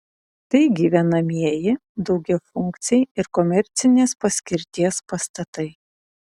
tai gyvenamieji daugiafunkciai ir komercinės paskirties pastatai